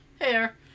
hair